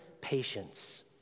patience